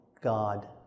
God